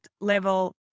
level